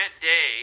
day